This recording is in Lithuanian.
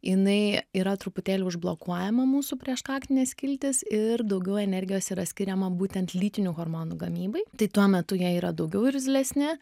jinai yra truputėlį užblokuojama mūsų prieškaktinė skiltis ir daugiau energijos yra skiriama būtent lytinių hormonų gamybai tai tuo metu jie yra daugiau irzlesni